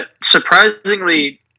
surprisingly